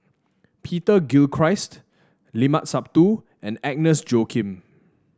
Peter Gilchrist Limat Sabtu and Agnes Joaquim